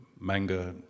manga